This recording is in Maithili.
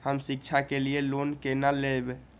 हम शिक्षा के लिए लोन केना लैब?